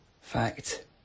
Fact